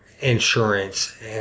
insurance